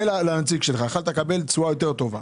לקבל תשואה יותר טובה.